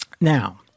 Now